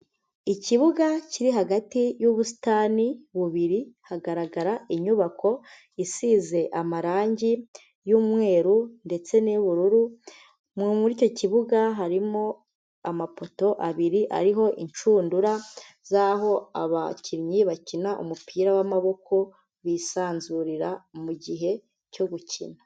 Ikibuga kiri hagati y'ubusitani bubiri, hagaragara inyubako isize amarangi y'Umweru ndetse n'i'ubururu. Muri icyo kibuga harimo amapoto abiri ariho inshundura z'aho abakinnyi bakina umupira w'amaboko bisanzurira mu gihe cyo gukina.